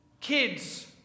kid's